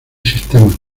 sistemas